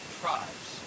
tribes